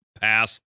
Pass